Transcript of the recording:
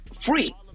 free